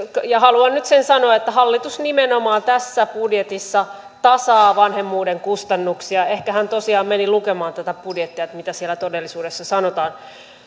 ja haluan nyt sen sanoa että hallitus nimenomaan tässä budjetissa tasaa vanhemmuuden kustannuksia ehkä hän tosiaan meni lukemaan tätä budjettia mitä siellä todellisuudessa sanotaan